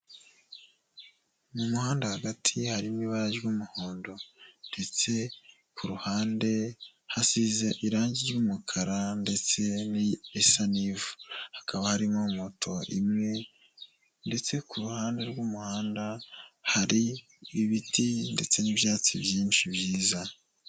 Mu muhanda hagati harimo ibara ry'umuhondo ndetse ku ruhande hasize irangi ry'umukara ndetse n'irisa n'ivu, hakaba harimo moto imwe ndetse kuhande rw'umuhanda hari ibiti ndetse n'ibyatsi byinshi byiza.